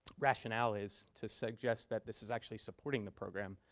rationale is to suggest that this is actually supporting the program.